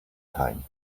time